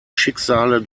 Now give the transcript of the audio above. schicksale